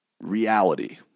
reality